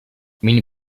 many